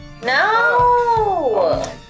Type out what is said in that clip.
No